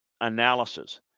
Analysis